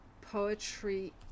poetry